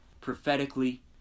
Prophetically